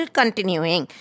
continuing